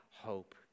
hope